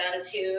attitude